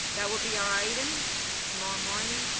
that will be our item tomorrow morning.